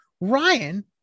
ryan